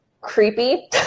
creepy